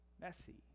messy